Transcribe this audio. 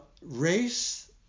race